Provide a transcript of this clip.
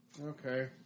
Okay